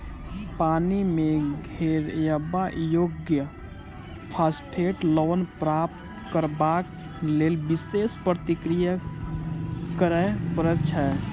पानि मे घोरयबा योग्य फास्फेट लवण प्राप्त करबाक लेल विशेष प्रक्रिया करय पड़ैत छै